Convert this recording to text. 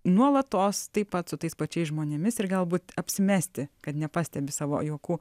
nuolatos taip pat su tais pačiais žmonėmis ir galbūt apsimesti kad nepastebi savo juokų